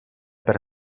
per